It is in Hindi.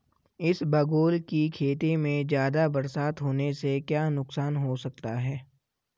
इसबगोल की खेती में ज़्यादा बरसात होने से क्या नुकसान हो सकता है?